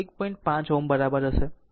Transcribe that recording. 5 Ω બરાબર હશે